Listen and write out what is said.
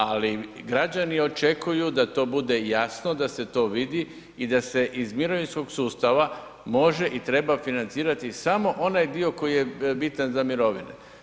Ali, građani očekuju da to bude jasno, da se to vidi i da se iz mirovinskog sustava može i treba financirati samo ovaj dio koji je bitan za mirovine.